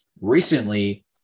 recently